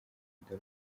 the